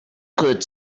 could